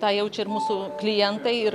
tą jaučia ir mūsų klientai ir